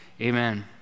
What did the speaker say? Amen